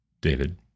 David